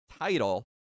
title